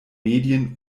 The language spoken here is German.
medien